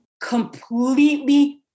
completely